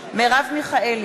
מרב מיכאלי,